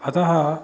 अतः